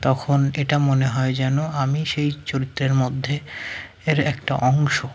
তখন এটা মনে হয় যেন আমি সেই চরিত্রের মধ্যে এর একটা অংশ